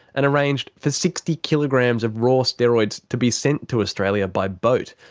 and arranged for sixty kilograms of raw steroids to be sent to australia by boat.